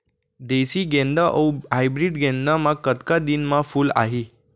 देसी गेंदा अऊ हाइब्रिड गेंदा म कतका दिन म फूल आही?